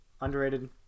underrated